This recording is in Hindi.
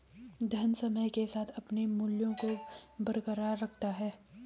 धन समय के साथ अपने मूल्य को बरकरार रखता है